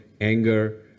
anger